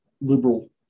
liberal